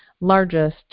largest